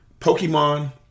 Pokemon